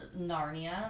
Narnia